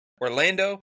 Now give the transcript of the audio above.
Orlando